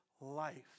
life